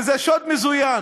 וזה שוד מזוין.